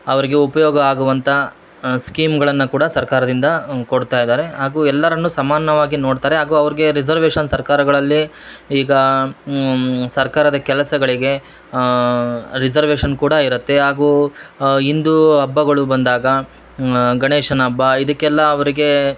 ಅವರಿಗೆ ಉಪಯೋಗ ಆಗುವಂಥಾ ಸ್ಕೀಮ್ಗಳನ್ನ ಕೂಡ ಸರ್ಕಾರದಿಂದ ಕೊಡ್ತಾ ಇದ್ದಾರೆ ಹಾಗೂ ಎಲ್ಲರನ್ನೂ ಸಮಾನ್ನವಾಗಿ ನೋಡ್ತಾರೆ ಹಾಗೂ ಅವ್ರ್ಗೆ ರಿಸರ್ವೇಶನ್ ಸರ್ಕಾರಗಳಲ್ಲಿ ಈಗ ಸರ್ಕಾರದ ಕೆಲಸಗಳಿಗೆ ರಿಸರ್ವೇಶನ್ ಕೂಡ ಇರುತ್ತೆ ಹಾಗೂ ಹಿಂದೂ ಹಬ್ಬಗಳು ಬಂದಾಗ ಗಣೇಶನ ಹಬ್ಬ ಇದಕ್ಕೆಲ್ಲ ಅವರಿಗೆ